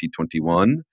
2021